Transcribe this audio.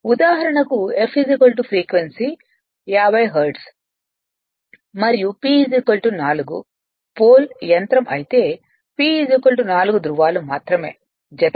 ఉదాహరణకు f frequency 50 hertz మరియు P 4 pole యంత్రం అయితే P 4 ధ్రువాలు మాత్రమే జతలు కాదు